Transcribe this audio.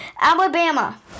Alabama